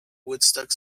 woodstock